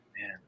Man